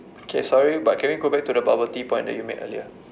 okay sorry but can we go back to the bubble tea point that you made earlier